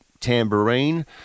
Tambourine